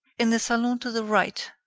in the salon to the right,